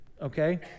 okay